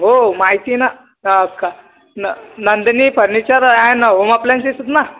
हो हो माहिती आहे ना का न नंदिनी फर्निचर अॅण होम अप्लायन्सेसच ना